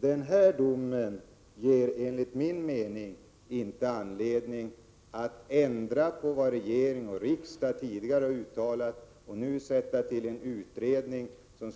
Denna dom ger ingen anledning att ändra vad regering och riksdag tidigare har uttalat eller att nu sätta till en utredning, som